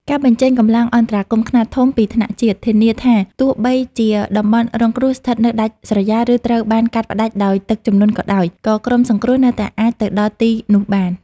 ការបញ្ចេញកម្លាំងអន្តរាគមន៍ខ្នាតធំពីថ្នាក់ជាតិ ធានាថាទោះបីជាតំបន់រងគ្រោះស្ថិតនៅដាច់ស្រយាល ឬត្រូវបានកាត់ផ្ដាច់ដោយទឹកជំនន់ក៏ដោយ ក៏ក្រុមសង្គ្រោះនៅតែអាចទៅដល់ទីនោះបាន។